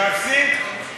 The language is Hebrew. לדעתי, להפסיק?